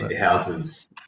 Houses